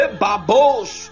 babos